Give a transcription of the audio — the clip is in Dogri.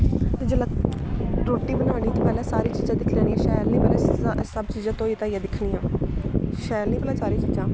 ते जेल्लै रुट्टी बनानी ते पैह्लें सारियां चीज़ां दिक्खी लैनियां शैल न पैह्लें सब चीजां धोई धाइयै दिक्खनियां शैल न भला सारियां चीजां